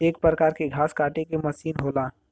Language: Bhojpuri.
एक परकार के घास काटे के मसीन होला